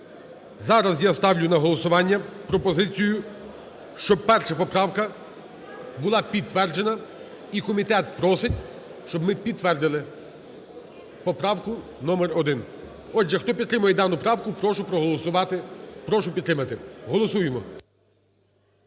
Зараз я ставлю на голосування пропозицію, щоб 1 поправка була підтверджена. І комітет просить, щоб ми підтвердили поправку № 1. Отже, хто підтримує дану правку, прошу проголосувати, прошу підтримати. Голосуємо.